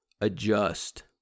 adjust